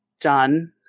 done